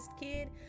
kid